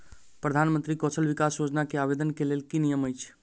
प्रधानमंत्री कौशल विकास योजना केँ आवेदन केँ लेल की नियम अछि?